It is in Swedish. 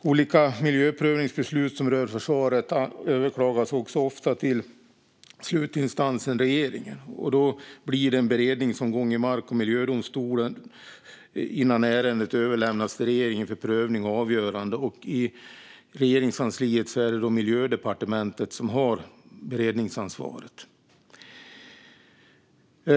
Olika miljöprövningsbeslut som rör försvaret överklagas också ofta till slutinstansen, regeringen. Då blir det en beredningsomgång i Mark och miljööverdomstolen innan ärendet överlämnas till regeringen för prövning och avgörande. I Regeringskansliet är det Miljödepartementet som har beredningsansvaret.